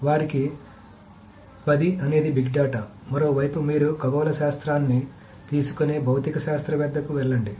వారికి 10 అనేది big data మరోవైపు మీరు ఖగోళ శాస్త్రాన్ని తీసుకునే భౌతిక శాస్త్రవేత్త వద్దకు వెళ్లండి